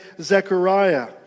Zechariah